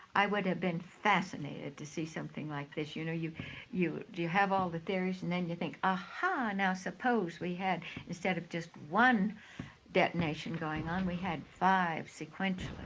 i would have been fascinated to see something like this. you know you you have all the theories and then you think aha, now suppose we had instead of just one detonation going on, we had five sequential,